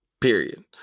Period